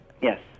Yes